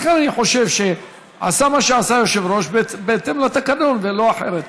אני חושב שעשה מה שעשה היושב-ראש בהתאם לתקנון ולא אחרת.